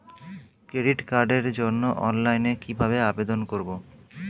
Credit কার্ডের জন্য অনলাইনে কিভাবে আবেদন করব?